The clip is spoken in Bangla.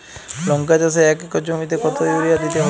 লংকা চাষে এক একর জমিতে কতো ইউরিয়া দিতে হবে?